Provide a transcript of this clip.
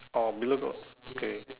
orh below got okay